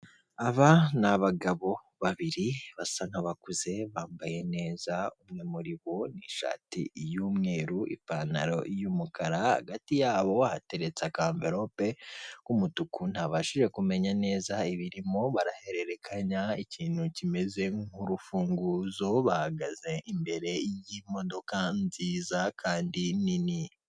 Aba ni abagabo babiri basa nk'abakuze bambaye neza umwe muri bo n'ishati y'umweru ipantaro y'umukara, hagati yabo hateretse akamverope k'umutuku ntabashije kumenya neza ibirimo, barahererekanya ikintu kimeze nk'urufunguzo, bahagaze imbere y'imodoka nziza kandi nini.